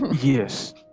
yes